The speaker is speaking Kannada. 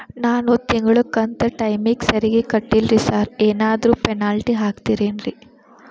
ನಾನು ತಿಂಗ್ಳ ಕಂತ್ ಟೈಮಿಗ್ ಸರಿಗೆ ಕಟ್ಟಿಲ್ರಿ ಸಾರ್ ಏನಾದ್ರು ಪೆನಾಲ್ಟಿ ಹಾಕ್ತಿರೆನ್ರಿ?